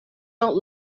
not